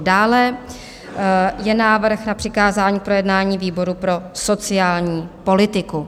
Dále je návrh na přikázání k projednání výboru pro sociální politiku.